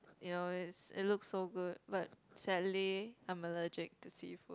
you know is it looks so good but sadly I'm allergic to seafood